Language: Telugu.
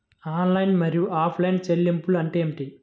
ఆన్లైన్ మరియు ఆఫ్లైన్ చెల్లింపులు అంటే ఏమిటి?